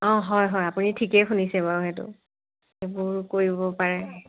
অ' হয় হয় আপুনি ঠিকে শুনিছে বাৰু সেইটো সেইবোৰ কৰিব পাৰে